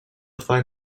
find